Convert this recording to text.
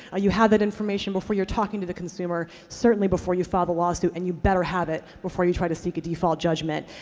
ah you had that information before you're talking to the consumer, certainly before you file the lawsuit, and you better have it before you try to seek a default judgment.